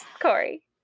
Corey